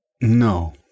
no